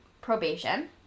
probation